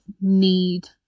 need